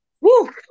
woo